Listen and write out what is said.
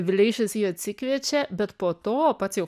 vileišis jį atsikviečia bet po to pats jau